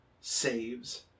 saves